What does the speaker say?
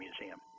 Museum